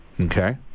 Okay